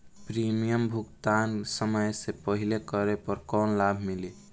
Premium भुगतान समय से पहिले करे पर कौनो लाभ मिली?